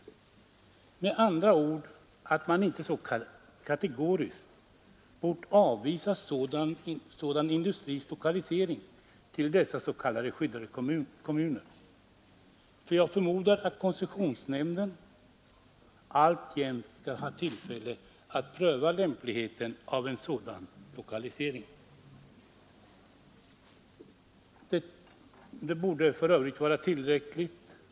Eller med andra ord: att man inte så kategoriskt bort avvisa sådan industris lokalisering till dessa s.k. skyddade kommuner. Jag förmodar att koncessionsnämnden alltjämt skall ha tillfälle att pröva lämpligheten av en sådan lokalisering.